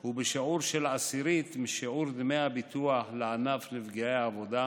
הוא בשיעור של עשירית משיעור דמי הביטוח לענף נפגעי העבודה